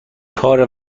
پاره